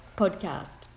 podcast